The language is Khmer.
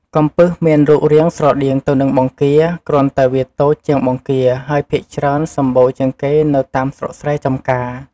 កំពឹសមានរូបរាងស្រដៀងទៅនឹងបង្គា គ្រាន់តែវាតូចជាងបង្គាហើយភាគច្រើនសំបូរជាងគេនៅតាមស្រុកស្រែចម្ការ។